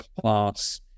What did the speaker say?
class